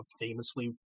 famously